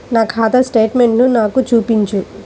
నా ఖాతా స్టేట్మెంట్ను నాకు చూపించు